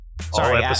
Sorry